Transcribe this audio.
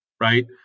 right